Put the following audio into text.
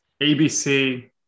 ABC